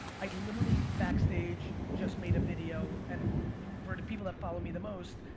i'd literally backstage, just made a video and for the people that follow me the most,